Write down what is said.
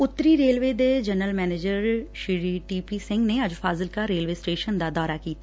ਉੱਤਰੀ ਰੇਲਵੇ ਦੇ general manager T P Singh ਨੇ ਅੱਜ ਫਾਜ਼ਿਲਕਾ ਰੇਲਵੇ ਸਟੇਸ਼ਨ ਦਾ ਦੌਰਾ ਕੀਤਾ